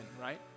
right